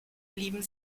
blieben